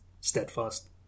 Steadfast